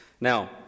Now